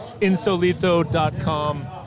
Insolito.com